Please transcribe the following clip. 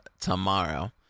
tomorrow